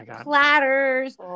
platters